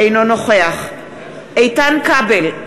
אינו נוכח איתן כבל,